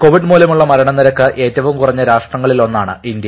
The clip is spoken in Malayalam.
കോവിഡ് മൂലമുളള മരണ നിരക്ക് ഏറ്റവും കുറഞ്ഞ രാഷ്ട്രങ്ങളിൽ ഒന്നാണ് ഇന്ത്യ